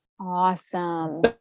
Awesome